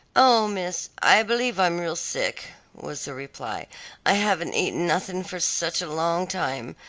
oh, miss, i believe i'm real sick, was the reply i haven't eaten nothing for such a long time.